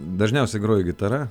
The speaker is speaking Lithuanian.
dažniausiai groju gitara